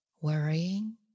worrying